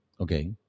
okay